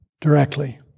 directly